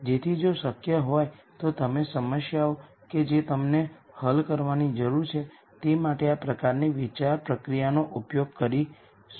તેથી જ્યારે આપણે ડેટા સાયન્સમાં એલ્ગોરિધમ્સ જોઈએ ત્યારે સિમેટ્રિક મેટ્રિક્સના આ ગુણધર્મો આપણા માટે ખૂબ ઉપયોગી છે